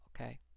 Okay